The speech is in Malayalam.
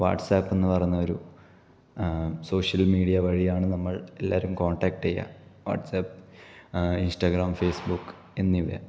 വാട്സാപ്പ് എന്ന് പറഞ്ഞ ഒരു സോഷ്യൽ മീഡിയ വഴിയാണ് നമ്മൾ എല്ലാവരും കോണ്ടാക്റ്റ് ചെയ്യുക വാട്സാപ്പ് ഇൻസ്റ്റാഗ്രാം ഫേസ്ബുക് എന്നിവയാണ്